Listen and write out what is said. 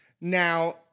Now